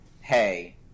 hey